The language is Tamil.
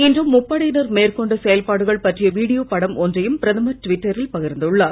இன்று முப்படையினர் மேற்கொண்ட செயல்பாடுகள் பற்றிய வீடியோ படம் ஒன்றையும் பிரதமர் ட்விட்டரில் பகிர்ந்துள்ளார்